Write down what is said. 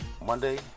Monday